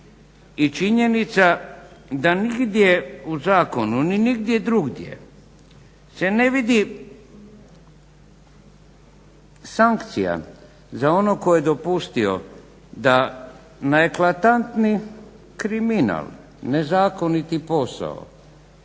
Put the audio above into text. i činjenica da nigdje u zakonu ni nigdje drugdje se ne vidi sankcija za onog koji je dopustio da na eklatantni kriminal, nezakoniti posao,